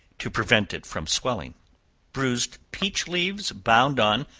to prevent it from swelling bruised peach leaves bound on,